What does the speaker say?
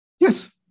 Yes